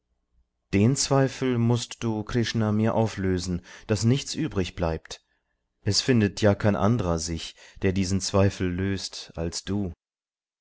den zweifel mußt du krishna mir auflösen daß nichts übrig bleibt es findet ja kein andrer sich der diesen zweifel löst als du